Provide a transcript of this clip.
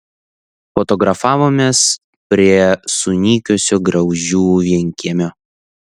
fotografavomės prie sunykusio graužių vienkiemio